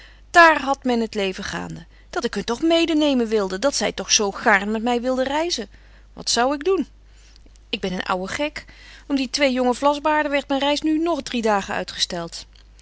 daar hadt men t leven gaande dat ik hun betje wolff en aagje deken historie van mejuffrouw sara burgerhart toch mede nemen wilde dat zy toch zo gaarn met my wilden reizen wat zou ik doen ik ben een ouwe gek om die twee jonge vlasbaarden werdt myn reis nu nog drie dagen uitgestelt